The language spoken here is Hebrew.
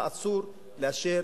אדוני היושב-ראש,